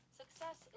Success